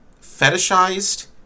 fetishized